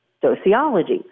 sociology